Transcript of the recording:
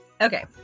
Okay